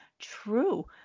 True